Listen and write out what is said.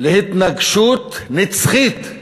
להתנגשות נצחית,